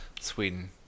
Sweden